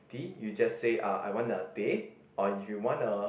tea you just say ah I want a teh or you want a